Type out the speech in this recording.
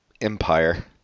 empire